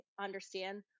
understand